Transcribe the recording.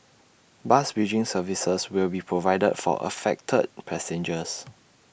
bus bridging services will be provided for affected passengers